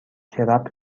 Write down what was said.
کرپ